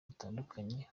hatandukanye